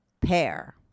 pair